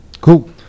cool